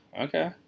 Okay